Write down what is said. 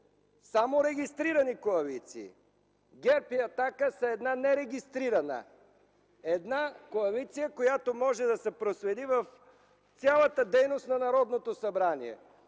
само „регистрирани коалиции”. ГЕРБ и „Атака” са една нерегистрирана коалиция, която може да се проследи в цялата дейност на Народното събрание.